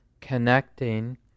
connecting